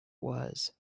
was